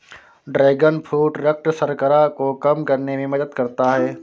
dragon fruit रक्त शर्करा को कम करने में मदद करता है